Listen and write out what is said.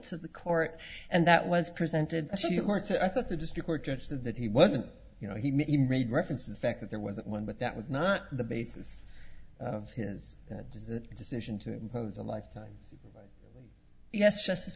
to the court and that was presented she didn't want to i thought the district court judge of that he wasn't you know he made reference to the fact that there wasn't one but that was not the basis of his is the decision to impose a lifetime yes just as